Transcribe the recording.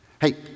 hey